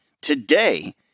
Today